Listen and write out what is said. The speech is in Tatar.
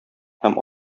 һәм